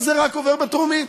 אבל זה רק עובר בטרומית.